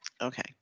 Okay